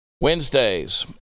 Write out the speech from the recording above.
Wednesdays